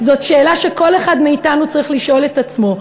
זאת שאלה שכל אחד מאתנו צריך לשאול את עצמו,